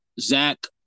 Zach